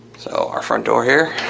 so, our front door here